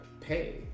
pay